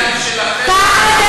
רוב הזמן החטיבה הייתה בבית שלכם.